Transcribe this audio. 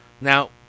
now